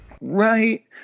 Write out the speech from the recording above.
right